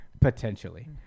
potentially